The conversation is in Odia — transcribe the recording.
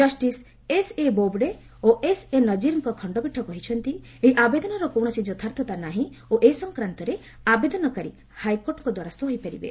ଜଷ୍ଟିସ ଏସ୍ଏ ବୋବଡେ ଓ ଏସ୍ଏନଜୀରଙ୍କ ଖଣ୍ଡପୀଠ କହିଛନ୍ତି ଏହି ଆବେଦନର କୌଣସି ଯଥାର୍ଥତା ନାହିଁ ଓ ଏ ସଂକାନ୍ତରେ ଆବେଦନକାରୀ ହାଇକୋର୍ଟଙ୍କ ଦ୍ୱାରସ୍ଥ ହୋଇପାରିବେ